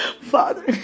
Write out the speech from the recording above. Father